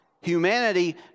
humanity